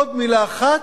עוד מלה אחת.